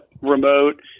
remote